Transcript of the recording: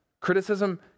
criticism